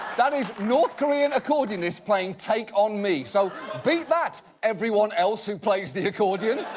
that is north korean accordionists playing take on me. so beat that, everyone else who plays the accordion!